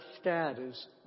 status